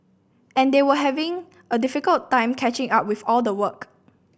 and they were having a difficult time catching up with all the work